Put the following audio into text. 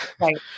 right